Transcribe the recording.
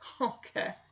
Okay